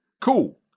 Cool